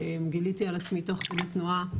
גיליתי על עצמי תוך כדי תנועה,